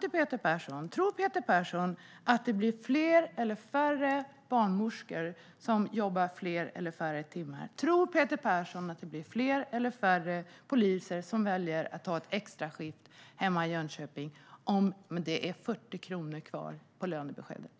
till Peter Persson är: Tror Peter Persson att det blir fler eller färre barnmorskor som jobbar fler eller färre timmar? Tror Peter Persson att det blir fler eller färre poliser som väljer att ta ett extraskift hemma i Jönköping om det är 40 kronor kvar på lönebeskedet?